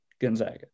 Gonzaga